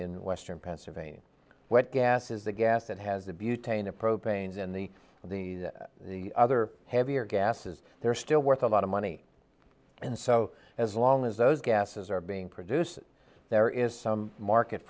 in western pennsylvania where gas is the gas that has the butane a propane the the the other heavier gases they're still worth a lot of money and so as long as those gases are being produced there is some market